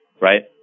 Right